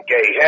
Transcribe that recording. Gay